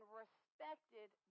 respected